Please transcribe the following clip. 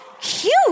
cute